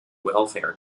welfare